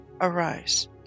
Arise